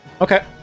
Okay